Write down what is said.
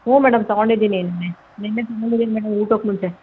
ಹ್ಞೂ ಮೇಡಮ್ ತೊಗೊಂಡಿದ್ದೀನಿ ನಿನ್ನೆ ನಿನ್ನೆ ತೊಗೊಂಡಿದೀನಿ ಮೇಡಮ್ ಊಟಕ್ಕೆ ಮುಂಚೆ